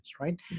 right